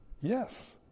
Yes